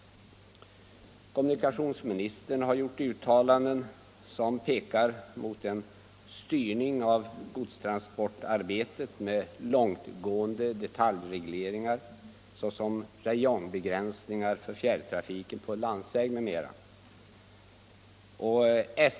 Kommunikationsministern har gjort uttalanden som pekar mot en styr ning av godstransportarbetet med långtgående detaljregleringar, såsom räjongbegränsningar för fjärrtrafiken på landsväg m.m.